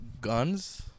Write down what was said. guns